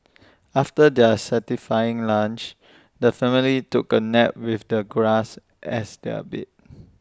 after their satisfying lunch the family took A nap with the grass as their bed